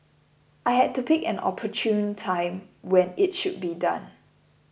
I had to pick an opportune time when it should be done